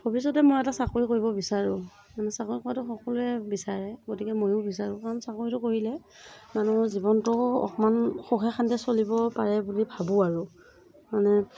ভৱিষ্যতে মই এটা চাকৰি কৰিব বিচাৰোঁ চাকৰি কৰাটো সকলোৱে বিচাৰে গতিকে ময়ো বিচাৰোঁ কাৰণ চাকৰিটো কৰিলে মানুহৰ জীৱনটো অকণ সুখে শান্তিৰে চলিব পাৰে বুলি ভাবোঁ আৰু মানে